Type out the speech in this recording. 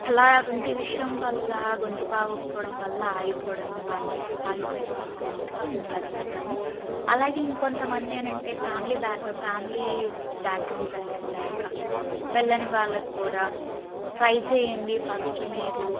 అలా వంటి విషయం వల్ల గొంతు బాగోకపోవడం వల్ల ఆగిపోవడం వాళ్ళ ఆగిపోయిన వాళ్ళ అందరికి నేను ఇలా చెప్తాను అలాగే ఇంకొంతమంది ఏంటంటే ఫ్యామిలీ బ్యాగ్ ఫ్యామిలీ బ్యాక్గ్రౌండ్ సరిగా లేక వెళ్ళని వాళ్ళకు కూడా ట్రై చేయండి ఫస్ట్ మీరు